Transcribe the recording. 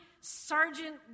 sergeant